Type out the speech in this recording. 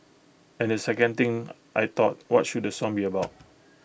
and the second thing I thought what should the song be about